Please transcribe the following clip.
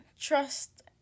trust